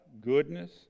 goodness